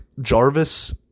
Jarvis